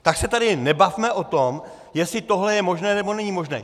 Tak se tady nebavme o tom, jestli tohle je možné, nebo není možné.